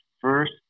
first